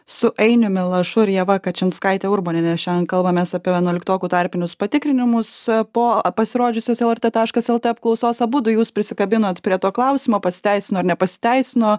su ainiumi lašu ir ieva kačinskaite urboniene šiandien kalbamės apie vienuoliktokų tarpinius patikrinimus po pasirodžiusios lrt taškas lt apklausos abudu jūs prisikabinot prie to klausimo pasiteisino ar nepasiteisino